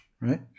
Right